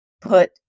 put